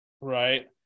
Right